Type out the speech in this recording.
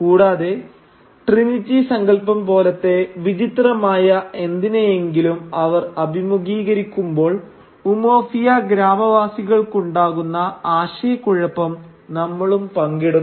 കൂടാതെ ട്രിനിറ്റി സങ്കൽപം പോലത്തെ വിചിത്രമായ എന്തിനെയെങ്കിലും അവർ അഭിമുഖീകരിക്കുമ്പോൾ ഉമൊഫിയ ഗ്രാമനിവാസികൾക്കുണ്ടാകുന്ന ആശയക്കുഴപ്പം നമ്മളും പങ്കിടുന്നു